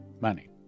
money